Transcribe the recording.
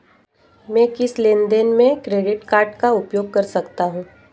मैं किस लेनदेन में क्रेडिट कार्ड का उपयोग कर सकता हूं?